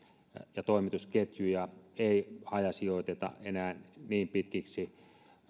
ja toimitusketjuja ei hajasijoiteta enää niin pitkiksi